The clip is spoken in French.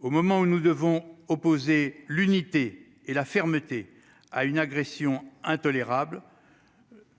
au moment où nous devons opposer l'unité et la fermeté à une agression intolérable